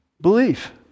belief